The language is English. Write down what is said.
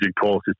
courses